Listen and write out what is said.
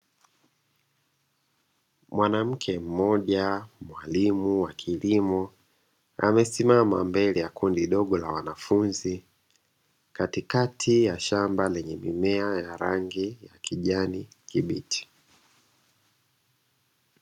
Mwanamke mmoja mwalimu wa kilimo amesimama mbele ya kundi dogo la wanafunzi katikati ya shamba lenye mimea ya rangi ya kijani kibichi.